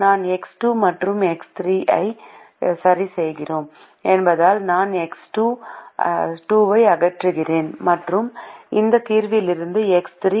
நான் எக்ஸ் 2 மற்றும் எக்ஸ் 3 ஐ 0 க்கு சரிசெய்கிறேன் என்பதால் நான் எக்ஸ் 2 ஐ அகற்றுகிறேன் மற்றும் இந்த தீர்விலிருந்து எக்ஸ் 3